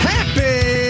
Happy